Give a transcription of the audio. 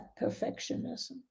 perfectionism